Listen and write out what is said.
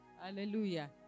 Hallelujah